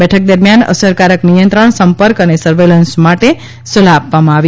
બેઠક દરમિયાન અસરકારક નિયંત્રણ સંપર્ક અને સર્વેલન્સ માટે સલાહ આપવામાં આવી